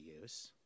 use